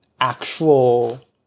actual